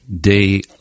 day